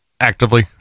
actively